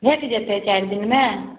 भेट जेतै चारि दिनमे